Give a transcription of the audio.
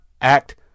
act